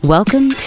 Welcome